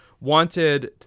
wanted